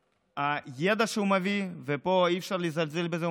הידע שהוא מביא, ופה אי-אפשר לזלזל בזה.